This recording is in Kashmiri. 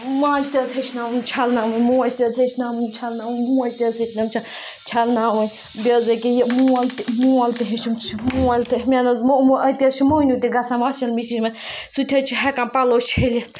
ماجہِ تہِ حظ ہیٚچھنٲوٕم چھَلناوٕنۍ موج تہِ حظ ہیٚچھنٲوٕم چھَلناوٕنۍ موج تہِ حظ ہیٚچھنٲوٕم چھل چھَلناوٕنۍ بیٚیہِ حظ ییٚکیٛاہ یہِ مول تہِ مول تہِ ہیٚچھُم مول تہِ مےٚ نہ حظ اَتہِ حظ چھِ موٚہنیوٗ تہِ گژھان واشَن مِشیٖن منٛز سُہ تہِ حظ چھِ ہیٚکان پَلو چھٔلِتھ